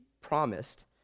promised